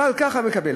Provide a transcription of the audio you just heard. אבל ככה, מקבל.